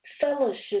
fellowship